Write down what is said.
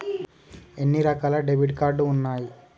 ఎన్ని రకాల debit card ఉన్నాయి?